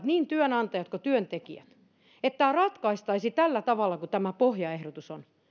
niin työnantajat kuin työntekijät esittävät että tämä ratkaistaisiin tällä tavalla kuin tämä pohjaehdotus on